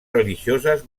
religioses